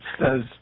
says